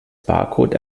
barcode